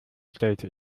stellte